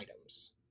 items